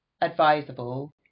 advisable